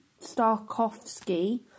Starkovsky